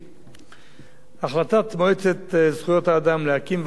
החלטת מועצת זכויות האדם להקים ועדה לטיפול בשאלת